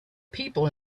people